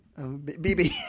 Bb